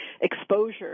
exposure